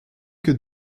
que